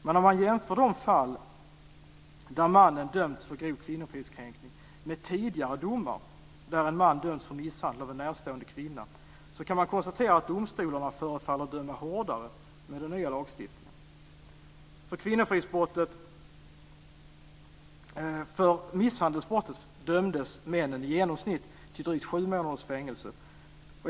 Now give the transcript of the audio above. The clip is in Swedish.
Men om man jämför de fall där mannen dömts för grov kvinnorfridskränkning med tidigare domar där en man dömts för misshandel av en närstående kvinna så kan man konstatera att domstolarna förefaller att döma hårdare med den nya lagstiftningen. För misshandelsbrott dömdes männen i genomsnitt till drygt 7 månaders fängelse.